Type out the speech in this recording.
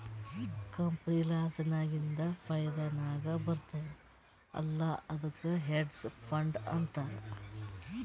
company loss ನಾಗಿಂದ್ ಫೈದಾ ನಾಗ್ ಬರ್ತುದ್ ಅಲ್ಲಾ ಅದ್ದುಕ್ ಹೆಡ್ಜ್ ಫಂಡ್ ಅಂತಾರ್